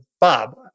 Bob